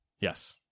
Yes